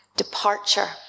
departure